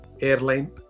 airline